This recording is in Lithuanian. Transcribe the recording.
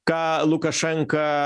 ką lukašenka